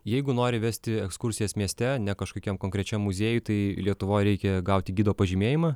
jeigu nori vesti ekskursijas mieste ne kažkokiam konkrečiam muziejuj tai lietuvoj reikia gauti gido pažymėjimą